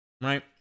Right